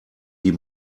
die